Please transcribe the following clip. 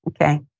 okay